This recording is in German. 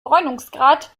bräunungsgrad